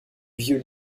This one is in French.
vieux